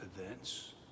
events